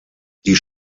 die